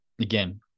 again